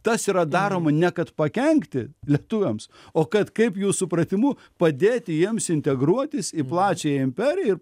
tas yra daroma ne kad pakenkti lietuviams o kad kaip jų supratimu padėti jiems integruotis į plačiąją imperiją ir